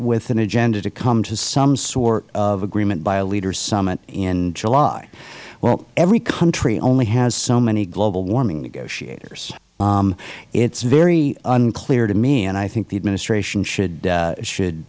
with an agenda to come to some sort of agreement by a leaders summit in july well every country only has so many global warming negotiators it is very unclear to me and i think the administration should